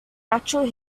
natural